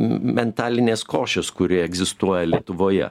mentalinės košės kuri egzistuoja lietuvoje